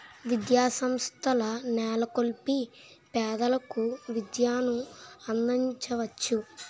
విద్యాసంస్థల నెలకొల్పి పేదలకు విద్యను అందించవచ్చు